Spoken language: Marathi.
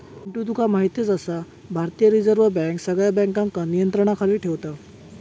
पिंटू तुका म्हायतच आसा, भारतीय रिझर्व बँक सगळ्या बँकांका नियंत्रणाखाली ठेवता